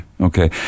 okay